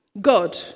God